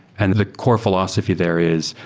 and the core philosophy there is,